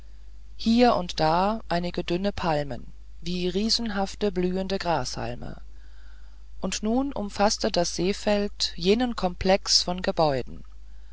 hier und da einige dünne palmen wie riesenhafte blühende grashalme und nun umfaßte das sehfeld jenen komplex von gebäuden